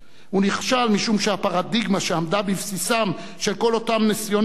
הוא נכשל משום שהפרדיגמה שעמדה בבסיסם של כל אותם ניסיונות,